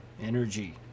Energy